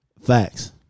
Facts